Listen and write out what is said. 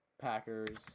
Packers